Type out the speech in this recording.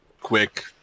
quick